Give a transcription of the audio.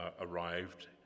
arrived